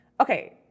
Okay